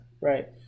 Right